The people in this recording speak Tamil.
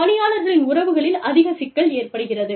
பணியாளர்களின் உறவுகளில் அதிக சிக்கல் ஏற்படுகிறது